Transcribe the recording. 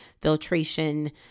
filtration